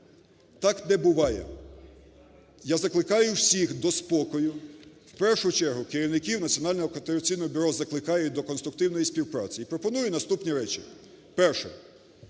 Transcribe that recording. так не буває. Я закликаю всіх до спокою, в першу чергу керівників Національного антикорупційного бюро, закликаю до конструктивної співпраці і пропоную наступні речі. Перше.